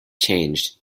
changed